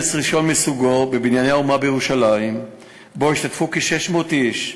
בכנס ראשון מסוגו ב"בנייני האומה" בירושלים שהשתתפו בו כ-600 איש,